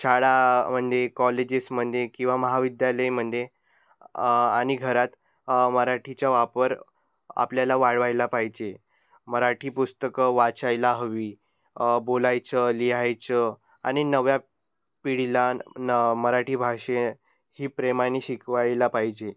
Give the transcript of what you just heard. शाळामध्ये कॉलेजेसमध्ये किंवा महाविद्यालयमध्ये आणि घरात मराठीचा वापर आपल्याला वाढवायला पाहिजे मराठी पुस्तकं वाचायला हवी बोलायचं लिहायचं आणि नव्या पिढीला न मराठी भाषे ही प्रेमाने शिकवायला पाहिजे